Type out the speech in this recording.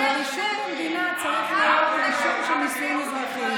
אבל הרישום במדינה צריך להיות רישום של נישואים אזרחיים.